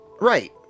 right